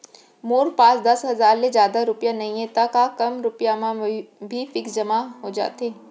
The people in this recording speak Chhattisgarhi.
मोर पास दस हजार ले जादा रुपिया नइहे त का कम रुपिया म भी फिक्स जेमा हो जाथे?